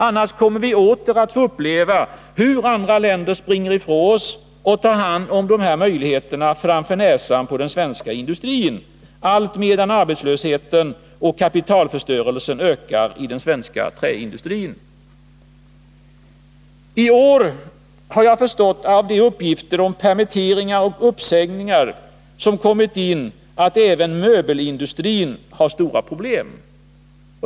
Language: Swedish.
Annars kommer vi åter att få uppleva hur man i andra länder springer ifrån oss och tar hand om de här möjligheterna framför näsan på den svenska industrin, allt medan arbetslösheten och kapitalförstörelsen ökar i den svenska träindustrin. I år har jag förstått av de uppgifter om permitteringar och uppsägningar som kommer in, att även möbelindustrin har stora problem.